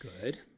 Good